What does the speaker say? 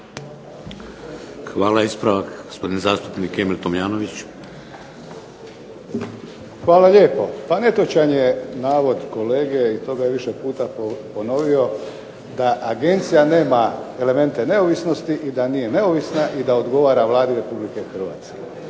Izvolite. **Tomljanović, Emil (HDZ)** Hvala lijepo. Pa netočan je navod kolege i to ga je više puta ponovio da agencija nema elemente neovisnosti i da nije neovisna i da odgovara Vladi RH.